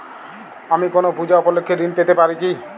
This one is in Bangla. আমি কোনো পূজা উপলক্ষ্যে ঋন পেতে পারি কি?